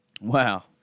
Wow